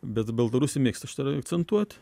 bet baltarusiai mėgsta šitą akcentuot